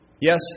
Yes